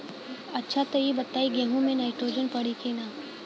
अच्छा त ई बताईं गेहूँ मे नाइट्रोजन पड़ी कि ना?